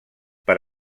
per